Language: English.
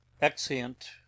exeunt